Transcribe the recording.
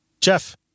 Jeff